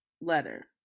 letter